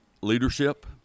leadership